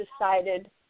decided